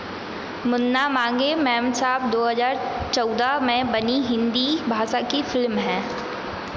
मुन्ना माँगे मेमसाहब दो हज़ार चौदह में बनी हिन्दी भाषा की फिल्म है